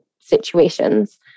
situations